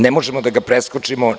Ne možemo nikako da ga preskočimo.